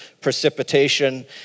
precipitation